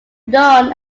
known